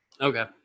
okay